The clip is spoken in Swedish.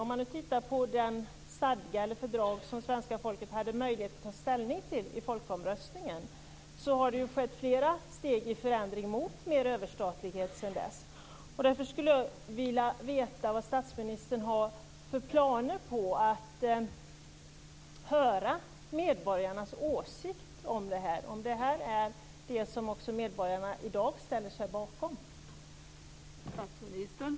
Om man tittar på den stadga eller det fördrag som svenska folket hade möjlighet att ta ställning till i folkomröstningen ser man ju att det sedan dess har skett en förändring mot mer överstatlighet. Därför skulle jag vilja veta vad statsministern har för planer på att höra medborgarnas åsikter om det här, om medborgarna i dag ställer sig bakom det här.